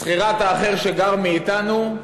זכירת האחר שגר אתנו,